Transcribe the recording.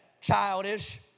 childish